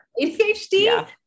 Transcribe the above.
ADHD